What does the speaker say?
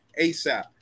ASAP